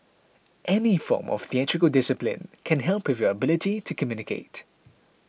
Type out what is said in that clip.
any form of theatrical discipline can help with your ability to communicate